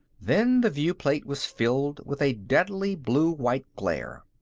then the viewplate was filled with a deadly blue-white glare.